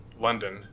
London